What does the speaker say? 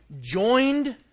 joined